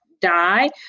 die